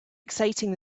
exciting